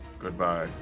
goodbye